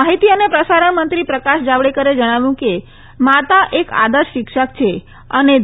માહિતી અને પ્રસારણમંત્રી પ્રકાશ જાવડેકરે જણાવ્યું કે માતા એક આદર્શ શિક્ષક છે અને